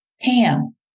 Pam